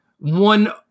one